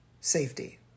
safety